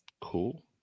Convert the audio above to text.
cool